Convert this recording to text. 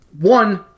One